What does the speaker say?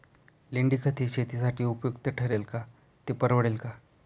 लेंडीखत हे शेतीसाठी उपयुक्त ठरेल का, ते परवडेल का?